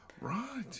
right